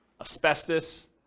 asbestos